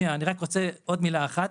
אני רק רוצה להגיד עוד מילה אחת,